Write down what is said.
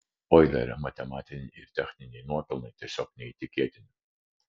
oilerio matematiniai ir techniniai nuopelnai tiesiog neįtikėtini